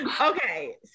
okay